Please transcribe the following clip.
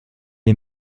est